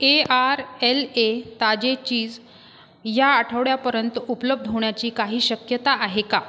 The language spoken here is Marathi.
ए आर एल ए ताजे चीज ह्या आठवड्यापर्यंत उपलब्ध होण्याची काही शक्यता आहे का